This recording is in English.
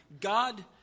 God